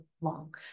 long